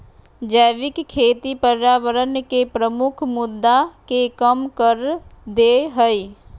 जैविक खेती पर्यावरण के प्रमुख मुद्दा के कम कर देय हइ